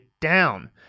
down